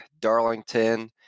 Darlington